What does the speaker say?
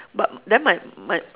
but then my my